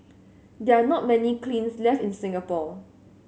they are not many kilns left in Singapore